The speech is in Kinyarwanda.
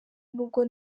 n’ubwo